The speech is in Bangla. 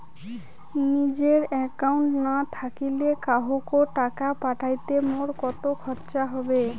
নিজের একাউন্ট না থাকিলে কাহকো টাকা পাঠাইতে মোর কতো খরচা হবে?